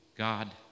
God